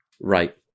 Right